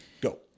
Go